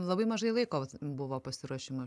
labai mažai laiko vat buvo pasiruošimui aš